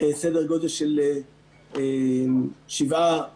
סדר-גודל של 7% ויותר.